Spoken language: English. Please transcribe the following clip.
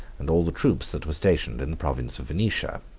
and all the troops that were stationed in the province of venetia.